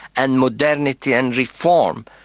and modernity and reform,